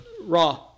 Raw